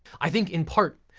i think in part,